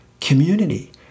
community